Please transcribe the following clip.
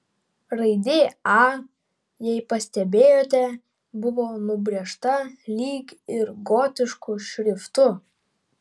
raidė a jei pastebėjote buvo nubrėžta lyg ir gotišku šriftu